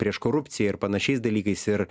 prieš korupciją ir panašiais dalykais ir